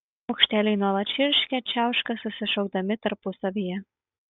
paukšteliai nuolat čirškia čiauška susišaukdami tarpusavyje